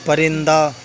پرندہ